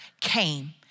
came